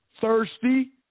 thirsty